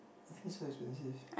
I think is so expensive